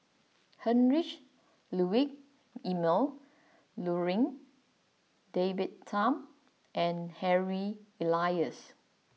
Heinrich Ludwig Emil Luering David Tham and Harry Elias